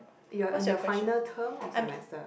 you're on your final term or semester